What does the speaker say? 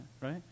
right